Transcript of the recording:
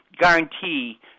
guarantee